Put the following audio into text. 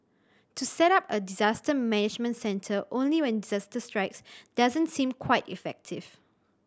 to set up a disaster management centre only when disaster strikes doesn't seem quite effective